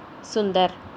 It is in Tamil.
சுந்தர்